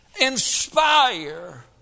inspire